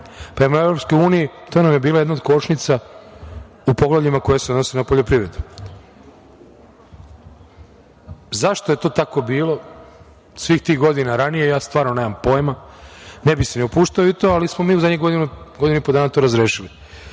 prema EU, to nam je bila jedna od kočnica u pogledima koji se odnose na poljoprivredu.Zašto je to tako bilo svih tih godina ranije ja stvarno nemam pojma, ne bih se ni upuštao u to, ali smo mi zadnjih godinu, godinu i po dana to razrešili.